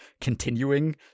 continuing